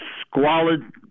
squalid